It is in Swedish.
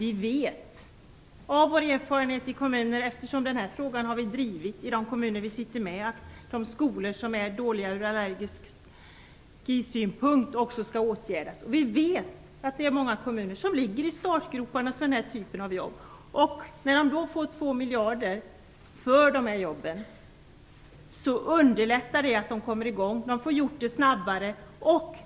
I de kommuner där vi sitter med i fullmäktige har vi har drivit frågan att de skolor som är dåliga ur allergisynpunkt skall åtgärdas. Vi vet av erfarenhet att det är många kommuner som ligger i startgroparna för denna typ av jobb. När de får två miljarder för dessa jobb underlättar det för dem att komma i gång. De får det gjort snabbare.